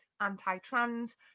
anti-trans